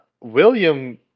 William